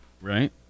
right